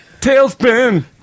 Tailspin